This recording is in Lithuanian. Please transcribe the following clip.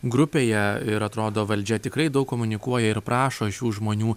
grupėje ir atrodo valdžia tikrai daug komunikuoja ir prašo šių žmonių